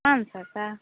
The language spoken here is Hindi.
पाँच सौ का